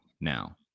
now